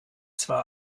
zwar